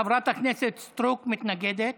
חברת הכנסת סטרוק מתנגדת.